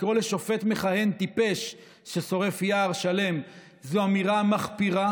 לקרוא לשופט מכהן טיפש ששורף יער שלם זו אמירה מחפירה,